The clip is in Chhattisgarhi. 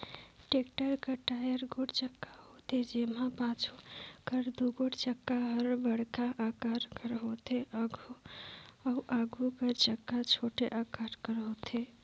टेक्टर कर चाएर गोट चक्का होथे, जेम्हा पाछू कर दुगोट चक्का हर बड़खा अकार कर होथे अउ आघु कर चक्का छोटे अकार कर होथे